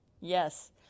Yes